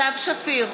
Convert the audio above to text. סתיו שפיר,